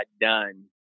done